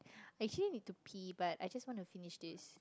I actually need to pee but I just want to finish this